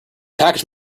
package